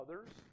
others